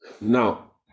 Now